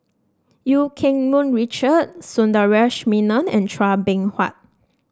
Eu Keng Mun Richard Sundaresh Menon and Chua Beng Huat